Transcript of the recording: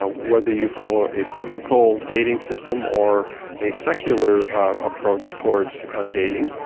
ah whether you follow a biblical dating system or a secular approach towards dating.